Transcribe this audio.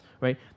right